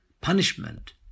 punishment